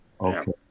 Okay